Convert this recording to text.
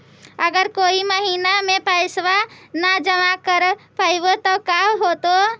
अगर कोई महिना मे पैसबा न जमा कर पईबै त का होतै?